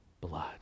blood